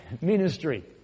Ministry